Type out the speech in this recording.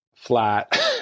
Flat